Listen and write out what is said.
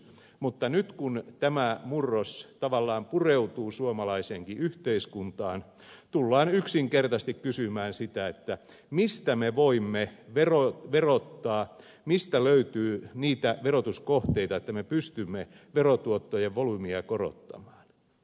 mutta nyt kun tämä murros tavallaan pureutuu suomalaiseenkin yhteiskuntaan tullaan yksinkertaisesti kysymään sitä mistä me voimme verottaa mistä löytyy niitä verotuskohteita että me pystymme verotuottojen volyymia korottamaan